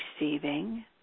receiving